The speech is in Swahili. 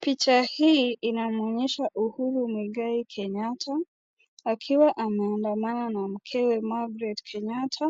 Picha hii inamwonyesha Uhuru mugai Kenyatta akiwa anaandamana na mkewe margaret Kenyatta